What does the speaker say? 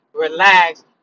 Relax